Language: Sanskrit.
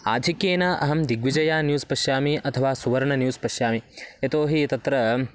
आधिक्येन अहं दिग्विजया न्यूस् पश्यामि अथवा सुवर्णा न्यूस् पश्यामि यतो हि तत्र